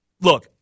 Look